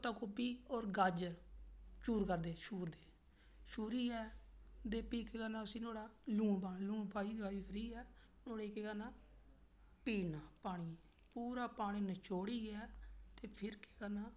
आटा गौभी और गाजर छूर करदे है छूरदे छूरियै ते फ्ही केह् करना उसी नुआढ़ा लून पाना लून पाइयै फ्ही केह् करना पी ओड़ना पानी पूरा पानी नचोड़ना ते फ्ही केह् करना